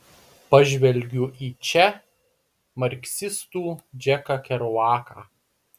pažvelgiu į če marksistų džeką keruaką